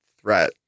threat